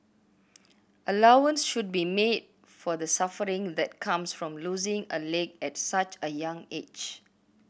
allowance should be made for the suffering that comes from losing a leg at such a young age